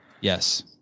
Yes